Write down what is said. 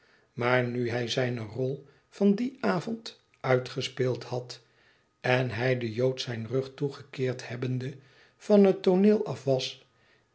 maar nu hij zijne rol van dien avond uitgespeeld had en hij den jood zijn rug toegekeerd hebbende van het tooneel af